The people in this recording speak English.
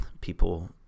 people